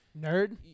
nerd